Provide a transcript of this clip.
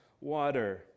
water